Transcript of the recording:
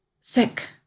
sick